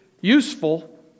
useful